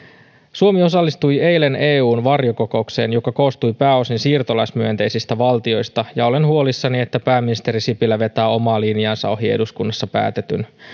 suomi osallistui eilen eun varjokokoukseen joka koostui pääosin siirtolaismyönteisistä valtioista ja olen huolissani että pääministeri sipilä vetää omaa linjaansa ohi eduskunnassa päätetyn